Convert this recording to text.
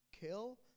kill